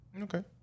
Okay